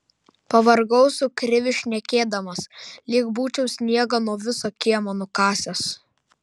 pavargau su kriviu šnekėdamas lyg būčiau sniegą nuo viso kiemo nukasęs